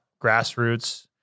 grassroots